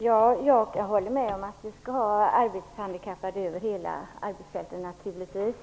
Fru talman! Jag håller med om att vi skall ha arbetshandikappade över hela arbetsfältet.